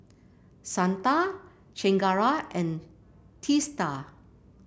Santha Chengara and Teesta